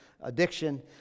addiction